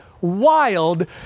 wild